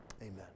amen